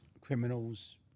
criminals